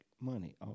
money